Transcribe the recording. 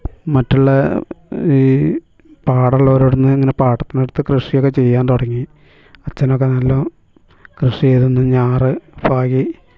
മറ്റുള്ള ഈ പാടമുള്ളവരോടിന്ന് ഇങ്ങനെ പാട്ടത്തിനടുത്ത് കൃഷിയൊക്കെ ചെയ്യാൻ തുടങ്ങി അച്ചനൊക്കെ നല്ല കൃഷി ചെയ്തന്ന് ഞാറ് പാകി